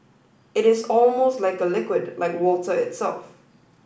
it is almost like a liquid like water itself